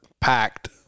packed